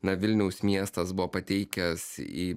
na vilniaus miestas buvo pateikęs į